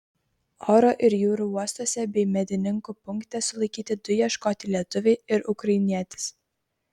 oro ir jūrų uostuose bei medininkų punkte sulaikyti du ieškoti lietuviai ir ukrainietis